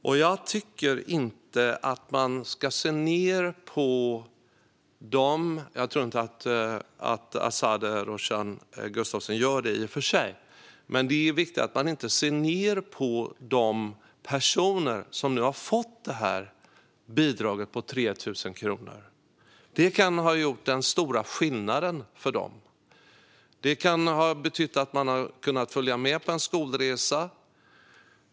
Det är viktigt att man inte ser ned på de personer som nu har fått det här bidraget på 3 000 kronor, vilket jag i och för sig inte tror att Azadeh Rojhan Gustafsson gör. Detta bidrag kan ha gjort den stora skillnaden för dem. Det kan ha betytt att man kunnat följa med på en skolresa.